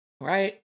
right